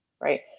right